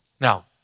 Now